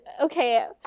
okay